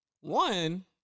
one